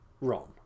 Ron